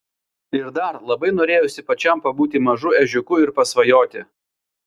ir dar labai norėjosi pačiam pabūti mažu ežiuku ir pasvajoti